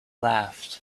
laughed